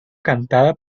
cantada